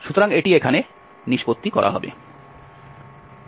সুতরাং এটি এখানে নিষ্পত্তি করা হবে